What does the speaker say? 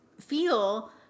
feel